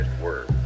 word